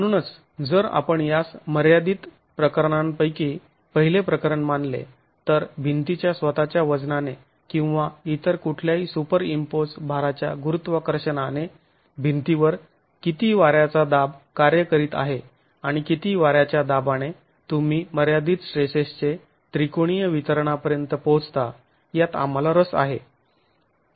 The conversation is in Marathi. म्हणूनच जर आपण यास मर्यादित प्रकरणांपैकी पहिले प्रकरण मानले तर भिंतीच्या स्वतःच्या वजनाने किंवा इतर कुठल्याही सुपरइम्पोज भाराच्या गुरुत्वाकर्षाने भिंतीवर किती वाऱ्याचा दाब कार्य करीत आहे आणि किती वाऱ्याच्या दाबाने तुम्ही मर्यादित स्ट्रेसेसचे त्रिकोणीय वितरणापर्यंत पोहोचता यात आम्हाला रस आहे